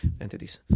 Entities